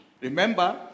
Remember